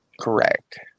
correct